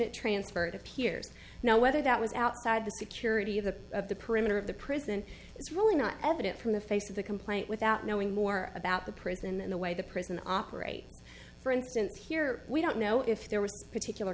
unit transfer it appears now whether that was outside the security of the of the perimeter of the prison is really not evident from the face of the complaint without knowing more about the prison than the way the prison operate for instance here we don't know if there was particular